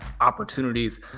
opportunities